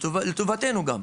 וגם לטובתנו.